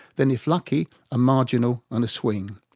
then if lucky a marginal and a swing.